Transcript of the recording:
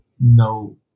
no